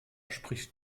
spricht